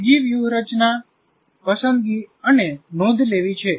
બીજી વ્યૂહરચના પસંદગી અને નોંધ લેવી છે